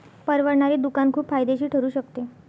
परवडणारे दुकान खूप फायदेशीर ठरू शकते